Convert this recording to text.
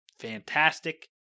fantastic